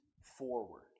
forward